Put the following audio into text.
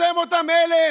אתם אותם אלה